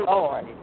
Lord